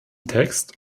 text